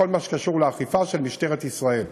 בכל מה שקשור לאכיפה של משטרת ישראל,